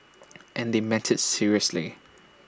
and they meant IT seriously